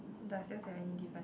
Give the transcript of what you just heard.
does yours have any different